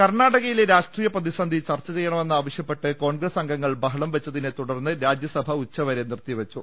കർണ്ണാടകയിലെ രാഷ്ട്രീയ പ്രതിസന്ധി ചർച്ച ചെയ്യണമെന്നാവ ശ്യപ്പെട്ട് കോൺഗ്രസ് അംഗങ്ങൾ ബഹളം വെച്ചതിനെ തുടർന്ന് രാജ്യസഭ ഉച്ചുവരെ നിർത്തി വെച്ചു